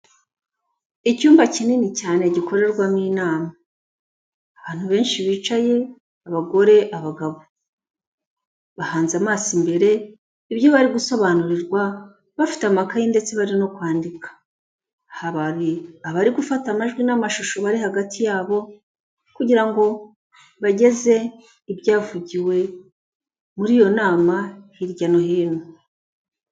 Icyumba kinini cyane gikorerwamo inama, abantu benshi bicaye abagore, abagabo bahanze amaso imbere ibyo bari gusobanurirwa bafite amakaye ndetse bari no kwandika hari abari gufata amajwi n'amashusho bari hagati yabo kugira ngo bageze ibyavugiwe muri iyo nama hirya no hino.